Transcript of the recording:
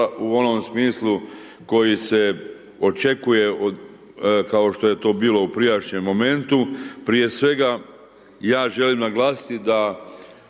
u onom smislu koji se očekuje kao što je to bilo u prijašnjem momentu. Prije svega ja želim naglasiti da